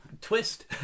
Twist